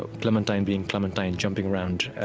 ah clementine being clementine, jumping around,